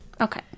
okay